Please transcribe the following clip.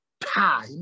time